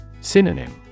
Synonym